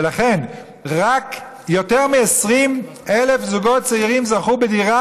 ולכן יותר מ-20,000 זוגות צעירים זכו בדירה